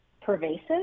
pervasive